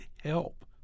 help